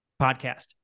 podcast